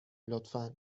لطفا